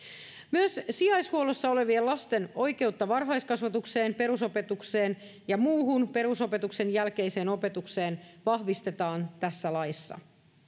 myös sijaishuollossa olevien lasten oikeutta varhaiskasvatukseen perusopetukseen ja muuhun perusopetuksen jälkeiseen opetukseen vahvistetaan tässä laissa